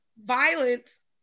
violence